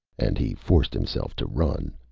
and he forced himself to run,